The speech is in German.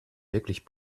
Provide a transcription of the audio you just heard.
wirklich